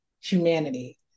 humanity